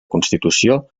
constitució